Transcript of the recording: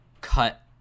cut